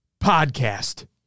podcast